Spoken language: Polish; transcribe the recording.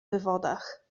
wywodach